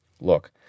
Look